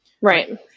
Right